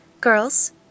Girls